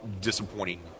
disappointing